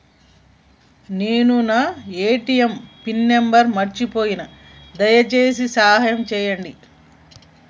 నేను నా ATM pin మర్చిపోయిన, దయచేసి సాయం చేయండి